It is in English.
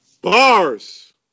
bars